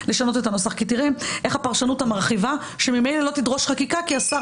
תראה איך הפרשנות המרחיבה שממילא לא תדרוש חקיקה כי השר